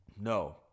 No